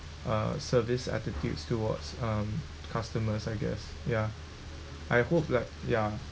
uh service attitudes towards um customers I guess yeah I hope that ya